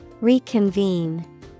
Reconvene